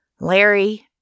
Larry